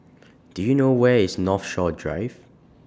Do YOU know Where IS Northshore Drive